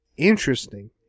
Interesting